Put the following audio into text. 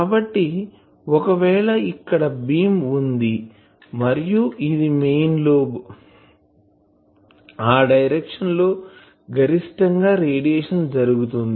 కాబట్టి ఒకవేళ ఇక్కడ బీమ్ వుంది మరియు ఇది మెయిన్ లోబ్ ఆ డైరెక్షన్ లో గరిష్టం గా రేడియేషన్ జరుగుతుంది